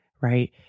right